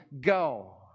go